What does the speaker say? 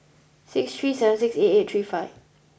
six three seven six eight eight three five